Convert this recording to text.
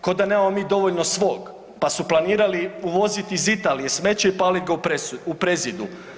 Kao da nemamo dovoljno svog, pa su planirali uvoziti iz Italije smeće i paliti ga Prezidu?